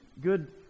good